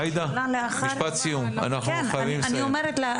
עאידה, משפט סיום, אנחנו צריכים לסיים.